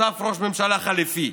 נוסף ראש ממשלה חליפי